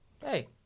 Hey